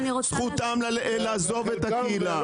זכותם לעזוב את הקהילה.